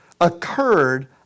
occurred